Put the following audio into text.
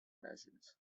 measures